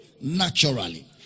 naturally